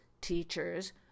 teachers